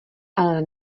ale